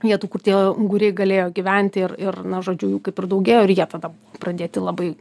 vietų kur tie unguriai galėjo gyvent ir ir na žodžiu jų kaip ir daugėjo ir jie tada pradėti labai